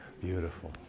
Beautiful